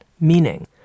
meaning